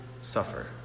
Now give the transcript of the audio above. suffer